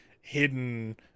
hidden